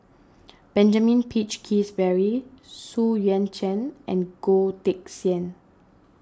Benjamin Peach Keasberry Xu Yuan Zhen and Goh Teck Sian